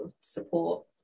support